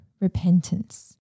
repentance